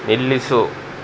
ನಿಲ್ಲಿಸು